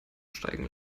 steigen